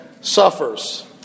suffers